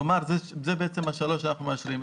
אלה השלוש שאנחנו מאשרים.